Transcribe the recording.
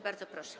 Bardzo proszę.